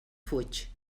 fuig